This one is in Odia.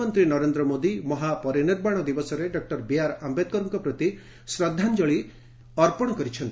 ପ୍ରଧାନମନ୍ତ୍ରୀ ନରେନ୍ଦ୍ର ମୋଦି ମହାପରିନିର୍ବାଣ ଦିବସରେ ଡକ୍କର ବିଆର୍ ଆମ୍ବେଦକର୍କ ପ୍ରତି ଶ୍ରଦ୍ଧାଞ୍ଚଳି ଅର୍ପଣ କରିଛନ୍ତି